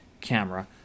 camera